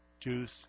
juice